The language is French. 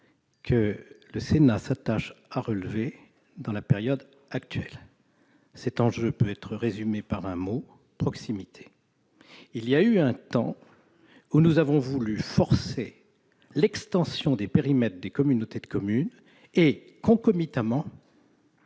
que le Sénat s'attache à relever dans la période actuelle ? Cet enjeu peut se résumer d'un mot : proximité. Il fut un temps où nous avons voulu forcer l'extension des périmètres des communautés de communes et, concomitamment,